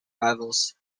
rivals